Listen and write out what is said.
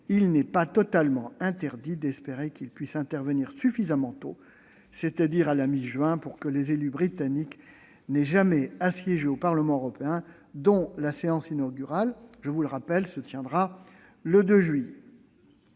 il n'est pas totalement interdit d'espérer qu'il puisse intervenir suffisamment tôt, c'est-à-dire d'ici à la mi-juin, pour que les élus britanniques n'aient jamais à siéger au Parlement européen, dont la séance inaugurale- je vous le rappelle -se tiendra le 2 juillet.